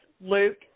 Luke